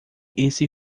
esse